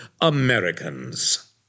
Americans